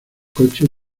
coches